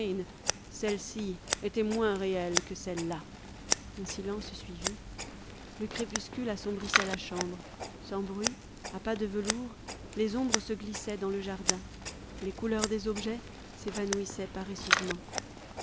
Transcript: celle-ci était moins réelle que celles-là un silence suivit le crépuscule assombrissait la chambre sans bruit à pas de velours les ombres se glissaient dans le jardin les couleurs des objets s'évanouissaient paresseusement